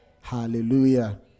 Hallelujah